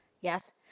yes